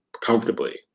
comfortably